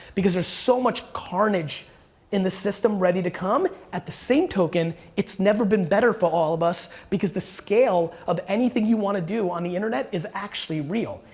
because there's so much carnage in the system ready to come, at the same token, it's never been better for all of us, because the scale of anything you wanna do on the internet is actually real.